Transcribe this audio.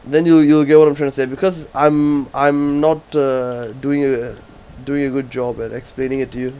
then you'll you'll get what I'm trying to say because I'm I'm not uh doing a doing a good job at explaining it to you